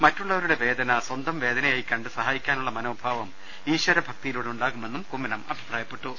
മറ്റുള്ളവരുടെ വേദന സ്വന്തം വേദനയായിക്കണ്ട് സഹായിക്കാനുള്ള മനോഭാവം ഇശ്വരഭക്തിയിലൂടെ ഉണ്ടാകുമെന്നും കുമ്മനം അഭിപ്രായപ്പെട്ടു